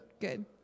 Good